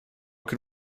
can